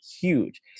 huge